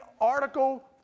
article